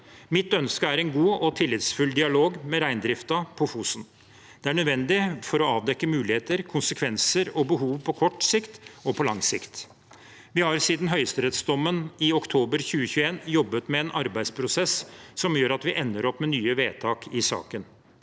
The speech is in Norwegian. Mitt ønske er en god og tillitsfull dialog med reindriften på Fosen. Det er nødvendig for å avdekke muligheter, konsekvenser og behov på kort sikt og på lang sikt. Vi har siden høyesterettsdommen i oktober 2021 jobbet med en arbeidsprosess som gjør at vi ender med nye vedtak i saken.